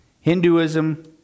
Hinduism